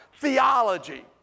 theology